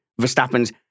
Verstappen's